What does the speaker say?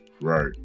Right